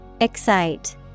Excite